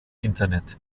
internet